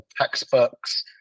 textbooks